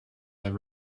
there